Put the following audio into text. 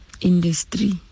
industry